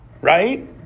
Right